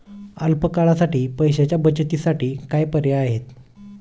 अल्प काळासाठी पैशाच्या बचतीसाठी काय पर्याय आहेत?